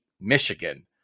Michigan